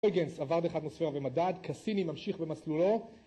עברת אחת נוספירה במדד, קסיני ממשיך במסלולו